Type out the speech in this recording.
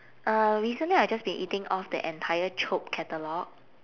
uh recently I've just been eating off the entire chope catalogue